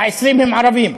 ה-20 הם ערביים.